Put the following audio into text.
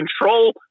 control